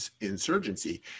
insurgency